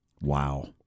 Wow